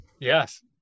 Yes